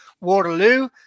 waterloo